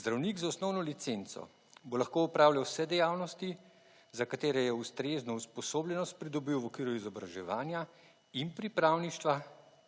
Zdravnik z osnovno licenco bo lahko opravljal vse dejavnosti za katere je ustrezno usposobljenost pridobil v okviru izobraževanja in pripravništva,